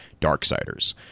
Darksiders